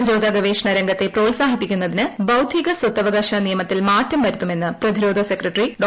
പ്രതിരോധ ഗവേഷണ രംഗത്തെ പ്രോൽസാഹിപ്പിക്കുന്നതിന് ബൌദ്ധിക സ്വത്തവകാശ നിയമത്തിൽ മാറ്റം വരുത്തുമെന്ന് പ്രതിരോധ സെക്രട്ടറി ഡോ